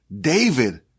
David